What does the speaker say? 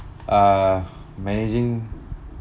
uh managing